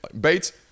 Bates